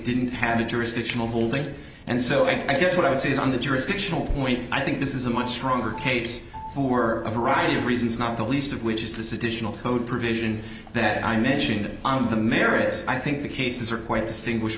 didn't have a jurisdictional holding and so i guess what i would say is on the jurisdictional point i think this is a much stronger case for a variety of reasons not the least of which is this additional code provision that i mentioned on the merits i think the cases are quite distinguish